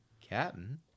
Captain